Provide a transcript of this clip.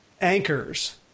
anchors